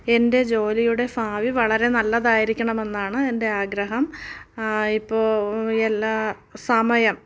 എൻ്റെ ജോലിയുടെ ഭാവി വളരെ നല്ലതായിരിക്കണമെന്നാണ് എൻ്റെ ആഗ്രഹം ആ ഇപ്പോൾ എല്ലാ സമയം